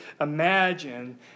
Imagine